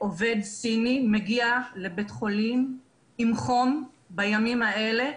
שעובד סיני מגיע לבית חולים עם חום בימים האלה,